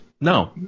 no